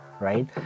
right